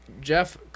Jeff